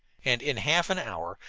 and in half an hour,